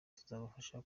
tuzabafasha